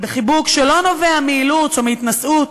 בחיבוק שלא נובע מאילוץ או מהתנשאות